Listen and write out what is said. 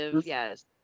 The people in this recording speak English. Yes